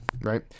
right